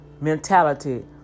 mentality